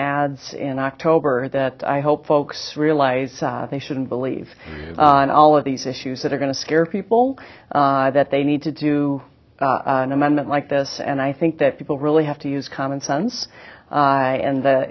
ads in october that i hope folks realize they shouldn't believe in all of these issues that are going to scare people that they need to do an amendment like this and i think that people really have to use common sense and